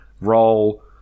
roll